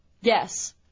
Yes